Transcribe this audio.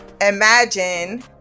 imagine